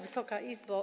Wysoka Izbo!